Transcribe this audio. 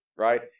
right